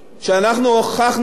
דו-שנתי.